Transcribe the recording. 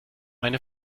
eine